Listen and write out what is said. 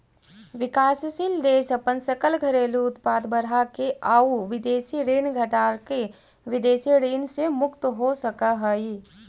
विकासशील देश अपन सकल घरेलू उत्पाद बढ़ाके आउ विदेशी ऋण घटाके विदेशी ऋण से मुक्त हो सकऽ हइ